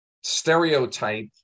stereotype